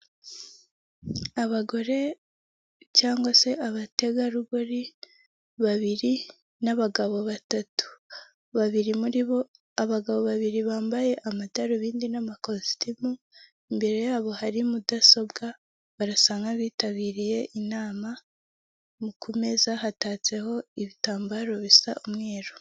Abagore cyangwa se abategarugori babiri n'abagabo batatu, babiri muri bo abagabo babiri bambaye amadarubindi n'amakositimu mbere yabo hari mudasobwa barasa nk'abitabiriye inama mu ku meza hatatseho ibitambaro bisa umweru.